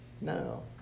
No